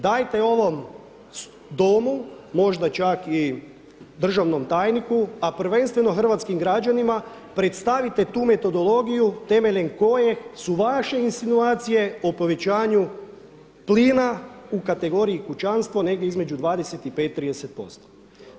Dajte ovom Domu možda čak i državnom tajniku, a prvenstveno hrvatskim građanima predstavite tu metodologiju temeljem koje su vaše insinuacije o povećanju plina u kategoriji kućanstvo negdje između 25, 30%